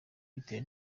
bitewe